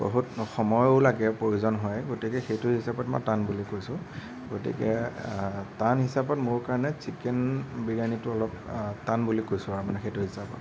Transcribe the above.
বহুত সময়ো লাগে প্ৰয়োজন হয় গতিকে সেইটো হিচাপত মই টান বুলি কৈছোঁ গতিকে টান হিচাপত মোৰ কাৰণে চিকেন বিৰিয়ানিটো অলপ টান বুলি কৈছোঁ আৰু মানে সেইটো হিচাপত